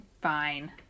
fine